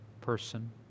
person